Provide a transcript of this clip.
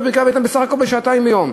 כשהפריקה והטעינה בסך הכול שעתיים ביום.